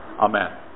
Amen